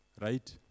Right